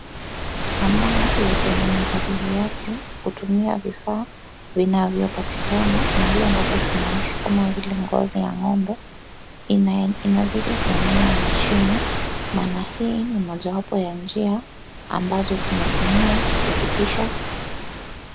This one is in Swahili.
Sanaa ya utengeneza viatu kutumia vifaa vinavyopatikna mahali ambapo tunaishi kama vile ngozi ya ng'ombe inazidi kuenea nchini maana hii ni mojawapo ya njia ambazo tunatumia kupitisha